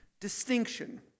Distinction